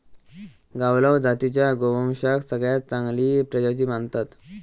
गावलाव जातीच्या गोवंशाक सगळ्यात चांगली प्रजाती मानतत